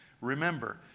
Remember